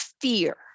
fear